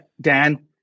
Dan